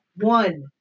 one